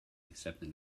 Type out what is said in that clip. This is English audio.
accepting